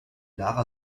lara